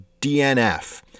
DNF